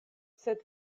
sed